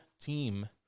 team